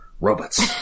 Robots